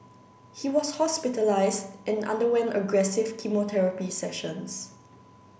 he was hospitalised and underwent aggressive chemotherapy sessions